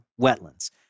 wetlands